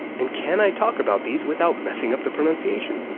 and can i talk about these without messing up the pronunciation?